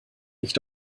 nicht